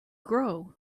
grow